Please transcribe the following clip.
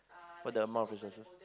for the amount of resources